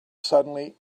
suddenly